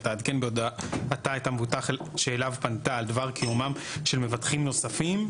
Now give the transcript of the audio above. ותעדכן בהודעתה את המבטח שאליו פנתה על דבר קיומם של מבטחים נוספים',